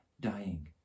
dying